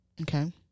Okay